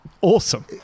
awesome